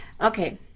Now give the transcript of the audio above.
Okay